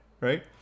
right